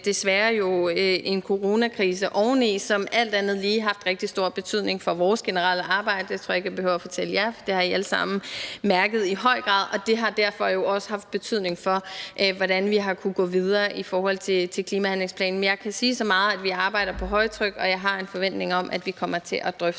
desværre en coronakrise oveni, som alt andet lige har haft rigtig stor betydning for vores generelle arbejde – det tror jeg ikke jeg behøver at fortælle jer, for det har I allesammen mærket i høj grad – og det har derfor også haft betydning for, hvordan vi har kunnet gå videre i forhold til klimahandlingsplanen. Men jeg kan sige så meget, at vi arbejder på højtryk, og at jeg har en forventning om, at vi kommer til at drøfte